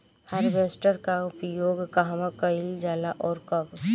Harvester का उपयोग कहवा कइल जाला और कब?